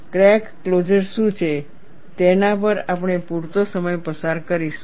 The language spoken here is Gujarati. ક્રેક ક્લોઝર શું છે તેના પર આપણે પૂરતો સમય પસાર કરીશું